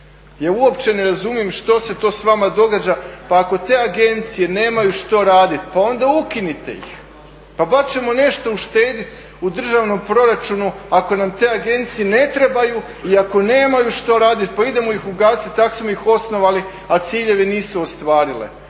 Ja uopće ne razumijem što se to s vama događa. Pa ako te agencije nemaju što raditi pa onda ukinite ih pa bar ćemo nešto uštediti u državnom proračunu ako nam te agencije ne trebaju i ako nemaju što raditi, pa idemo ih ugasiti i tako smo ih osnovali, a ciljevi nisu ostvarile.